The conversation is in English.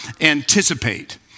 anticipate